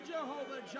Jehovah